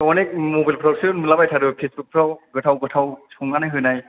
अनेक मबाइलफ्रावसो नुलाबायथारो फेसबुकफ्राव गोथाव गोथाव संनानै होनाय